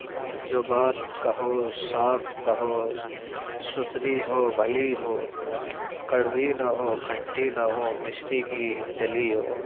جو بات کہو صاف کہو ستھری ہو بھلی ہو کڑوی نہ ہو کھٹی نہ ہو مسری کی ڈلی ہو